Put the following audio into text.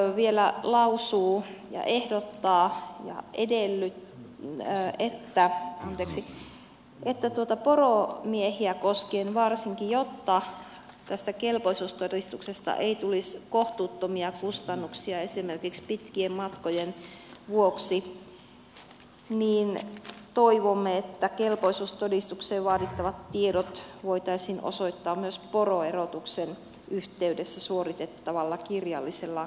valiokunta vielä lausuu ja ehdottaa että varsinkin poromiehiä koskien jotta tästä kelpoisuustodistuksesta ei tulisi kohtuuttomia kustannuksia esimerkiksi pitkien matkojen vuoksi toivomme että kelpoisuustodistukseen vaadittavat tiedot voitaisiin osoittaa myös poroerotuksen yhteydessä suoritettavalla kirjallisella kokeella